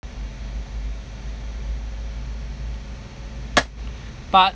part